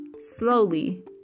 Slowly